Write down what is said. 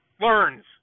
learns